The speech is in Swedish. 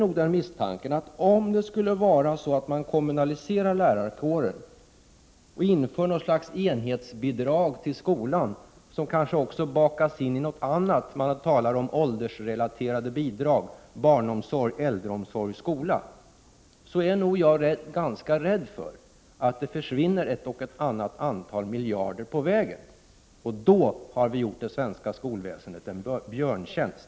Om man skulle kommunalisera lärarkåren och införa något slags enhetsbidrag för skolan, som kanske också bakas in i något annat — man talar om åldersrelaterade bidrag, barnomsorg, äldreomsorg, skola — är jag ganska rädd för att det försvinner en och annan miljard kronor på vägen. Då gör vi det svenska skolväsendet en björntjänst.